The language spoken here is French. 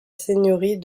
seigneurie